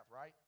right